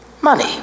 money